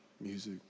music